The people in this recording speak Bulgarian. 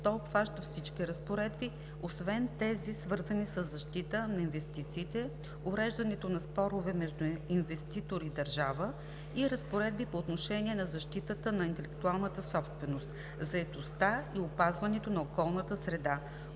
обхваща всички разпоредби, освен тези, свързани със защита на инвестициите, уреждането на спорове между инвеститор и държава, и разпоредби по отношение на защитата на интелектуалната собственост, заетостта и опазването на околната среда,